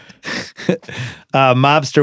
mobster